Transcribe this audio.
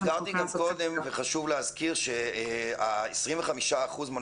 הזכרתי כאן קודם וחשוב להזכיר ש-25% מן